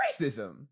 racism